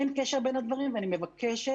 אין קשר בין הדברים ואני מבקשת,